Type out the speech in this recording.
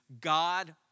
God